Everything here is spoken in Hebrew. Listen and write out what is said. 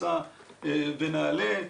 מסע ונעל"ה,